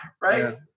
right